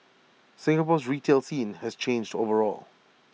Singapore's retail scene has changed overall